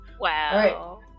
Wow